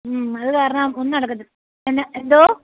അതുകാരണം ഒന്നും നടക്കത്തില്ല എന്നാ എന്തോ